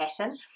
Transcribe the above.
pattern